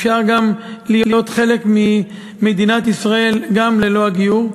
אפשר להיות חלק ממדינת ישראל גם ללא הגיור.